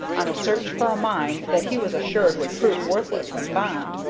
on a search for a mine that he was assured would prove worthless when found.